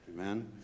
Amen